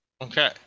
Okay